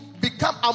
become